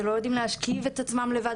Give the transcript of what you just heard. שלא יודעים להשכיב את עצמם לישון לבד,